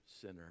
sinner